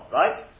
right